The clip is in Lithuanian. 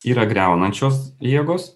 yra griaunančios jėgos